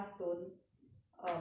um they don't